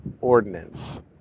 ordinance